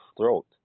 throat